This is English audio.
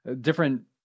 different